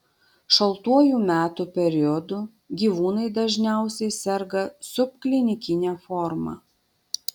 šaltuoju metų periodu gyvūnai dažniausiai serga subklinikine forma